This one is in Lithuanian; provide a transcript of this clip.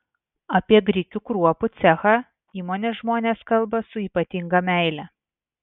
apie grikių kruopų cechą įmonės žmonės kalba su ypatinga meile